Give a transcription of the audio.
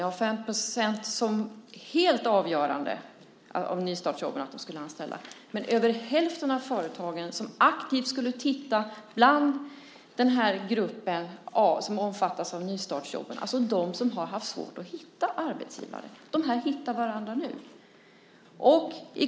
Siffran 5 % gällde då nystartsjobben är helt avgörande för att man ska anställa, men över hälften av företagen skulle aktivt titta bland den grupp som omfattas av nystartsjobb, alltså de som har haft svårt att hitta arbetsgivare. De hittar varandra nu.